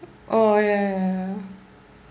oh ya ya ya ya